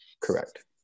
correct